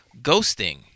Ghosting